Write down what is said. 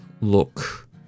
look